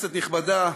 כנסת נכבדה,